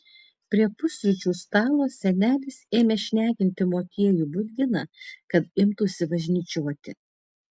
prie pusryčių stalo senelis ėmė šnekinti motiejų budginą kad imtųsi važnyčioti